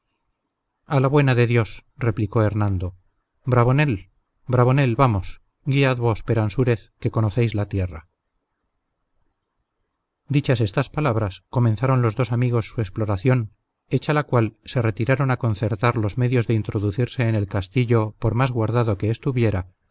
a la buena de dios replicó hernando bravonel bravonel vamos guiad vos peransúrez que conocéis la tierra dichas estas palabras comenzaron los dos amigos su exploración hecha la cual se retiraron a concertar los medios de introducirse en el castillo por más guardado que estuviera